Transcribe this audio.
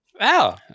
Wow